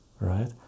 right